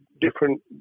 different